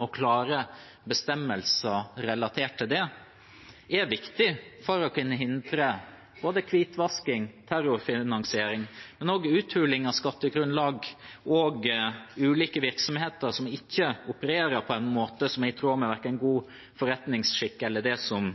og klare bestemmelser relatert til det, er viktig for å kunne hindre både hvitvasking, terrorfinansiering, uthuling av skattegrunnlag og ulike virksomheter som ikke opererer på en måte som er i tråd med god forretningsskikk eller det som